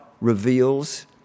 reveals